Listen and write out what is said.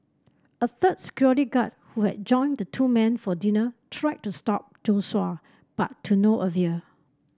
a third security guard who had joined the two men for dinner tried to stop Joshua but to no avail